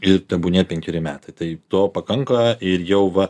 ir tebūnie penkeri metai tai to pakanka ir jau va